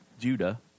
Judah